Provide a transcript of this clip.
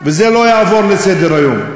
ולא נעבור על זה לסדר-היום.